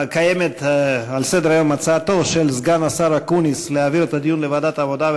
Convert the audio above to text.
על סדר-היום הצעתו של סגן השר אקוניס להעביר את הדיון לוועדת העבודה,